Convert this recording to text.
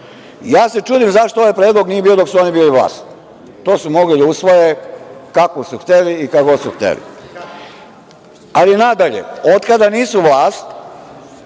Ja se čudim zašto ovaj predlog nije bio dok su oni bili na vlasti, to su mogli da usvoje, kako su hteli i kada god su hteli. Nadalje, od kada nisu vlast